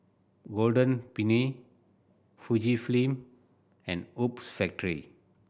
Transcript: Golden Peony Fujifilm and Hoops Factory